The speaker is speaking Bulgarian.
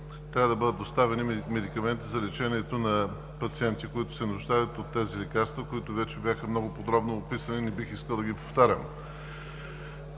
трябва да бъдат доставени медикаменти за лечението на пациенти, които се нуждаят от тези лекарства, които вече бяха много подробно описани, не бих искал да ги повтарям.